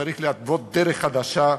צריך להתוות דרך חדשה,